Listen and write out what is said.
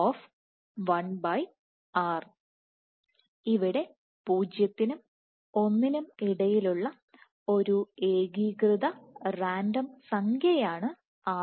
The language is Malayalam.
∆t1kmln⁡ ഇവിടെ 0 നും 1 നും ഇടയിലുള്ള ഒരു ഏകീകൃത റാൻഡം സംഖ്യയാണ് R